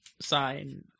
sign